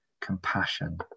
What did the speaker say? compassion